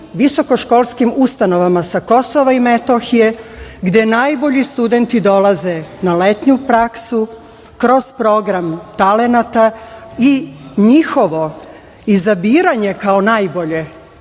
visokoškolskim ustanovama sa Kosova i Metohije, gde najbolji studeni dolaze na letnju prasku, kroz program talenata i njihovo izabiranje kao najbolje